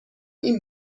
این